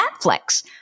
Netflix